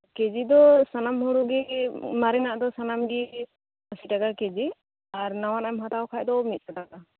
ᱠᱮᱡᱤ ᱫᱚ ᱥᱟᱱᱟᱢ ᱦᱚᱲ ᱜᱮ ᱢᱟᱨᱮᱱᱟᱜ ᱫᱚ ᱥᱟᱱᱟᱢ ᱜᱮ ᱟᱥᱤ ᱴᱟᱠᱟ ᱠᱮᱡᱤ ᱟᱨ ᱱᱟᱣᱟᱱᱟᱜ ᱮᱢ ᱦᱟᱛᱟᱣ ᱠᱷᱟᱱ ᱫᱚ ᱢᱤᱜ ᱥᱚ ᱴᱟᱠᱟ